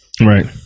Right